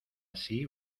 así